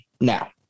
now